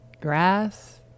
grass